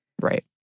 Right